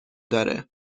داره